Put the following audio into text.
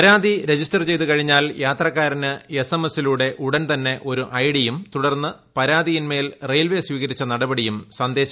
പരാതി രജിസ്റ്റർ ചെയ്തു കഴിഞ്ഞാൽ യാത്രക്കാരന് എസ്എംഎസിലൂടെ ഉടൻ തന്നെ ഒരു ഐഡിയും തുടർന്ന് പരാതിയിന്മേൽ റെയിൽവേ സ്വീകരിച്ച നടപടിയും സന്ദേശമായി അയച്ചു നൽകും